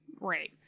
right